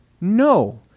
No